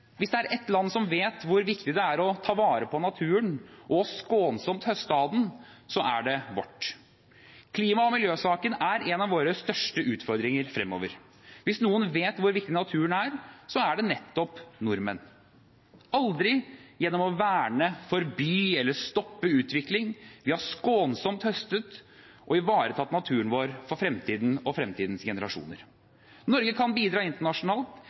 Hvis det er ett land som vet hvor viktig det er å ta vare på naturen og skånsomt høste av den, så er det vårt. Klima- og miljøsaken er en av våre største utfordringer fremover. Hvis noen vet hvor viktig naturen er, så er det nettopp nordmenn – aldri gjennom å verne, forby eller stoppe utvikling. Vi har skånsomt høstet og ivaretatt naturen vår for fremtiden og fremtidens generasjoner. Norge kan bidra internasjonalt